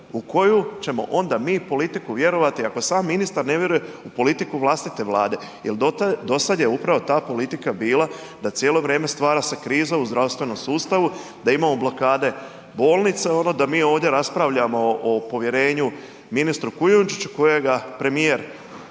U koju ćemo onda mi politiku vjerovati ako sam ministar ne vjerujem u politiku vlastite Vlade jer do sada je upravo ta politika bila da cijelo vrijeme stvara se kriza u zdravstvenom sustavu, da imamo blokade bolnica, da mi ovdje raspravljamo o povjerenju ministru Kujundižiću kojega premijer